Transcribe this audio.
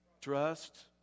Trust